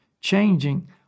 changing